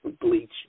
bleach